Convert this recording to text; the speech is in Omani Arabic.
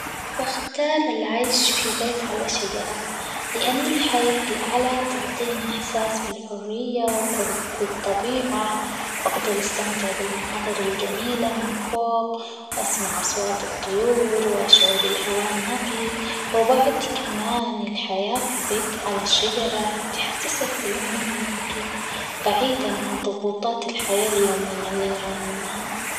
بختار العيش في بيت على شجرة؛ لأن الحياة في الأعلى تعطينا إحساس بالحرية ، وقرب بالطبيعة ،وأقدر استمتع بالمناظر الجميلة من فوق ،واسمع أصوات الطيور، وأشعر بالهواء النقي، وبعد كمان الحياة في بيت على الشجرة تحسسك بالامان ،والهدوء بعيدًا عن ضغوطات الحياة اليومية اللي نعاني منها.